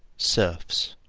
serfs